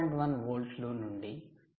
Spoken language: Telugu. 1 వోల్ట్ల నుండి 0